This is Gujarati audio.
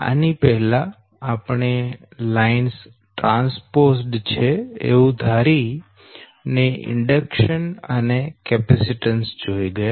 આની પહેલા આપણે લાઈન્સ ટ્રાન્સપોઝડ છે એવું ધારીને ઈન્ડડક્શન અને કેપેસીટન્સ જોઈ ગયા